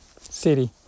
city